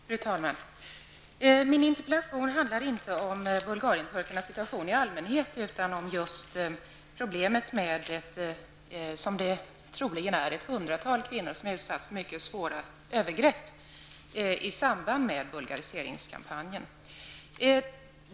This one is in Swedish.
Fru talman! Min interpellation handlar inte om Bulgarien-turkarnas situation i allmänhet, utan om problemet med troligen ett hunddratal kvinnor som har utsatts för mycket svåra övergrepp i samband med bulgariseringskampanjen.